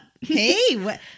Hey